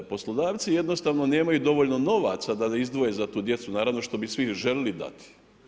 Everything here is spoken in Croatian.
Poslodavci jednostavno nemaju dovoljno novaca da izdvoje za tu djecu naravno što bi svi željeli dati.